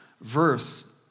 verse